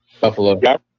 Buffalo